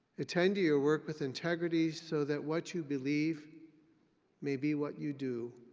attend to your work with integrity so that what you believe may be what you do.